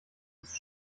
ist